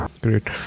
Great